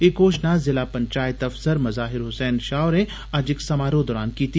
एह् घोषणा जिला पंचायत अफसर मज़ाहिर हुसैन शाह होरें अज्ज इक समारोह दौरान कीती